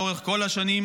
לאורך כל השנים,